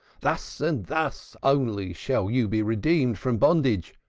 thus and thus only shall you be redeemed from bondage,